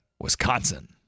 Wisconsin